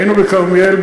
היינו בכרמיאל,